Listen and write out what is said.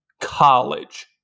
college